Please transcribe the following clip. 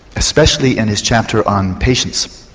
especially in his chapter on patience,